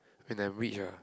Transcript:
when I'm rich ah